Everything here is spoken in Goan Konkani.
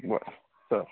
बरें चल